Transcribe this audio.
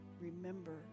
remember